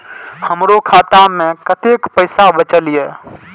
हमरो खाता में कतेक पैसा बचल छे?